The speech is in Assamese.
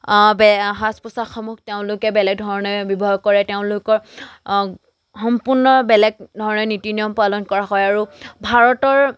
বে সাজ পোচাকসমূহ তেওঁলোকে বেলেগ ধৰণে ব্যৱহাৰ কৰে তেওঁলোকৰ সম্পূৰ্ণ বেলেগ ধৰণে নীতি নিয়ম পালন কৰা হয় আৰু ভাৰতৰ